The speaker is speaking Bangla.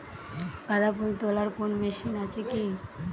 গাঁদাফুল তোলার কোন মেশিন কি আছে?